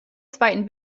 zweiten